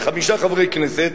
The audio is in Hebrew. כשיש חמישה חברי כנסת,